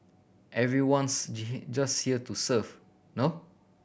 everyone's just here to serve no